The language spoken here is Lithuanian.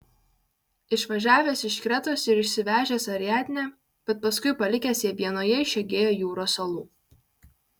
išvažiavęs iš kretos ir išsivežęs ariadnę bet paskui palikęs ją vienoje iš egėjo jūros salų